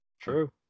True